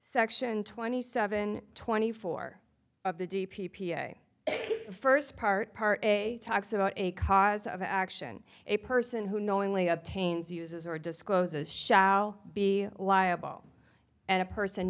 section twenty seven twenty four of the d p p first part part talks about a cause of action a person who knowingly obtains uses or discloses shall be liable and a person